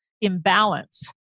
imbalance